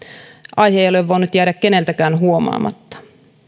aihe ei ole voinut jäädä keneltäkään huomaamatta